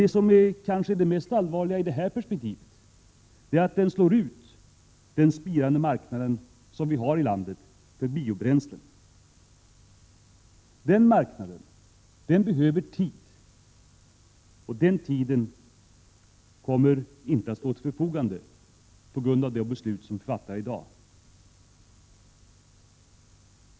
Det som är mest allvarligt är emellertid att gasen hotar att slå ut den spirande marknad vi har i landet för biobränsle. Den marknaden behöver tid för att slå rot, och den tiden kommer inte att stå till dess förfogande på grund av det beslut vi fattar i dag.